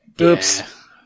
Oops